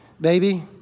Baby